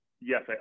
yes